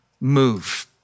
move